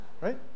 right